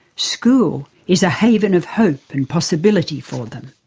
school is a haven of hope and possibility for them.